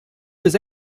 was